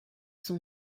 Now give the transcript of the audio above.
son